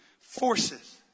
forces